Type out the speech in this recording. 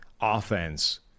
offense